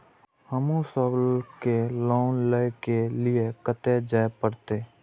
हमू सब के लोन ले के लीऐ कते जा परतें?